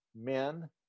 men